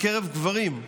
בקרב גברים,